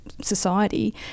society